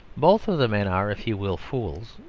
both of the men are, if you will, fools,